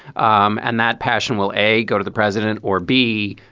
um and that passion will, a, go to the president or b,